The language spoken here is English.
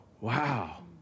wow